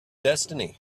destiny